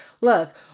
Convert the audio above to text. look